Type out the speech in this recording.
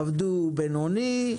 עבדו בינוני.